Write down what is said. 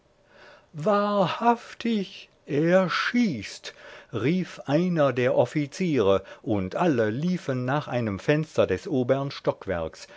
wahrhaftig er schießt rief einer der offiziere und alle liefen nach einem fenster des obern stockwerks